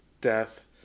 death